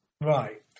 Right